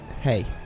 Hey